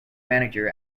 manager